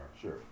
Sure